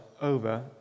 over